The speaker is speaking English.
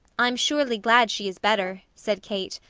i'm surely glad she is better, said kate,